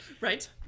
Right